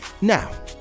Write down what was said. Now